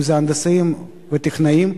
אם זה הנדסאים או טכנאים,